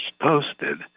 posted